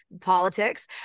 politics